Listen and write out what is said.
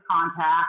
contact